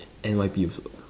N_Y_P also